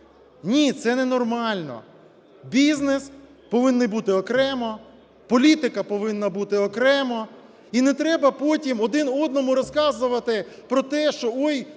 Ні, це ненормально. Бізнес повинен бути окремо. Політика повинна бути окремо. І не треба потім один одному розказувати про те, що, ой,